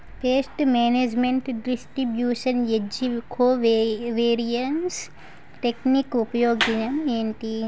paste management distribution ఏజ్జి covariance technique ఉపయోగం ఏంటి